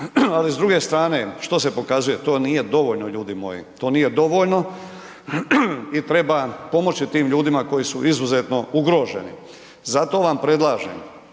ali s druge strane što se pokazuje, to nije dovoljno ljudi moji. To nije dovoljno i treba pomoći tim ljudima koji su izuzetno ugroženi. Zato vam predlažem,